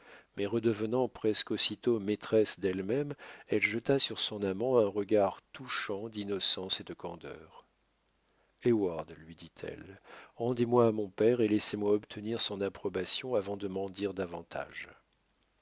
mais redevenant presque aussitôt maîtresse d'elle-même elle jeta sur son amant un regard touchant d'innocence et de candeur heyward lui dit-elle rendez-moi à mon père et laissezmoi obtenir son approbation avant de m'en dire davantage